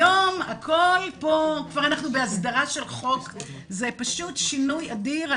היום אנחנו כבר בהסדרה של חוק וזה פשוט שינוי אדיר.